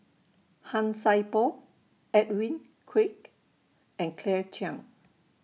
Han Sai Por Edwin Koek and Claire Chiang